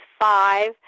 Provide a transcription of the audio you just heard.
five